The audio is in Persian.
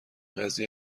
قضیه